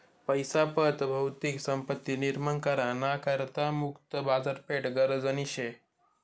पैसा पत भौतिक संपत्ती निर्माण करा ना करता मुक्त बाजारपेठ गरजनी शे